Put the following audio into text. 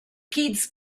kids